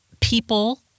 People